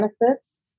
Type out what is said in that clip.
benefits